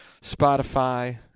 Spotify